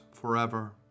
forever